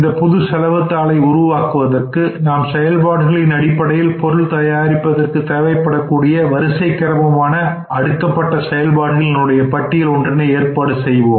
இந்தப் புது செலவுதாளை உருவாக்குவதற்கு நாம் செயல்பாடுகளின் அடிப்படையில் பொருள் தயாரிப்பதற்கு தேவைப்படக்கூடிய வரிசைக்கிரமமாக அடுக்கப்பட்ட செயல்பாடுகள் பட்டியல் ஒன்றினை ஏற்பாடு செய்வோம்